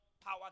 power